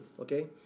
okay